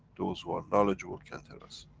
those who are knowledgeable can tell us.